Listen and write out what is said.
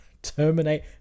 terminate